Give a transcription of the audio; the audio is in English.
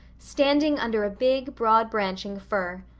standing under a big, broad-branching fir.